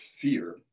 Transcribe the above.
fear